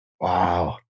Wow